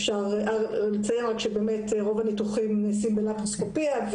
אני אציין שרוב הניתוחים נעשים בלפרוסקופיה,